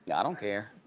yeah don't care.